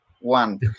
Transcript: one